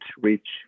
reach